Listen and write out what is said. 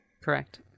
Correct